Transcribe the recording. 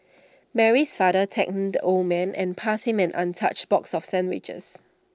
Mary's father thanked the old man and passed him an untouched box of sandwiches